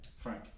Frank